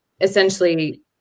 essentially